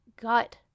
gut